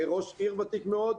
כראש עיר ותיק מאוד,